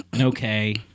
Okay